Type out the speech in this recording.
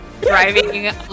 driving